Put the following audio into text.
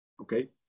Okay